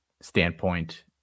standpoint